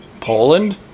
Poland